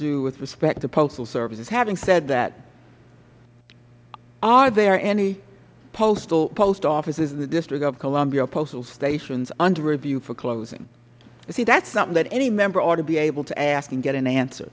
do with respect to postal services having said that are there any post offices in the district of columbia or postal stations under review for closing see that is something that any member ought to be able to ask and get an answer